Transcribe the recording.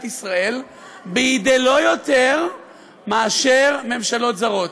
ישראל בידי לא יותר מאשר ממשלות זרות.